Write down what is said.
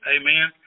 Amen